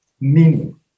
meaning